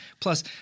Plus